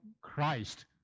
Christ